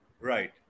Right